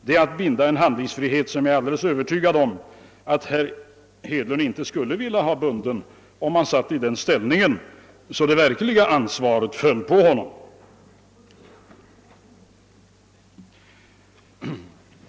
Det är att binda en handlingsfrihet som jag är övertygad om att herr Hedlund inte skulle vilja ha bunden om han var i den ställningen att det verkliga ansvaret föll på honom.